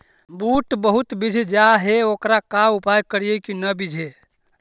बुट बहुत बिजझ जा हे ओकर का उपाय करियै कि न बिजझे?